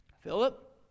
Philip